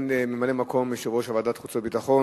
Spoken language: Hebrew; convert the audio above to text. ממלא-מקום יושב-ראש ועדת החוץ והביטחון